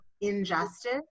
injustice